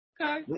Okay